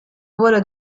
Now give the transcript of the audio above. volo